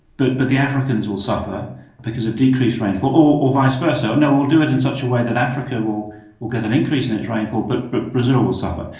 but but the africans will suffer because of decreased rainfall, or or vice versa, and we'll do it in such a way that africa will will get an increase in its rainfall but but brazil will suffer.